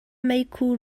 meikhu